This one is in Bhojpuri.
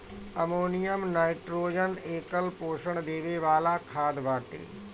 अमोनियम नाइट्रोजन एकल पोषण देवे वाला खाद बाटे